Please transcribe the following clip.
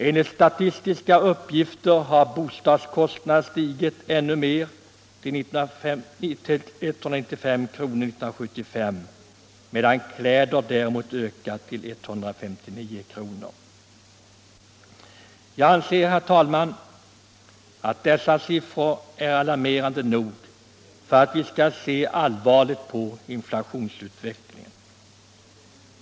Enligt statistiska uppgifter har bostadskostnaderna stigit ännu mer — till 195 kr. år 1975 — medan kostnaderna för kläder däremot ökat till 159 kr. Jag anser, herr talman, att dessa siffror är alarmerande nog för att vi skall se allvarligt på inflationsutvecklingen, inte minst att inflationen fortsätter i accelererat tempo.